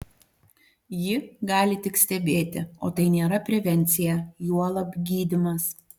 ji gali tik stebėti o tai nėra prevencija juolab gydymas